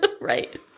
Right